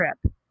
trip